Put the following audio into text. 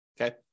okay